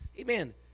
Amen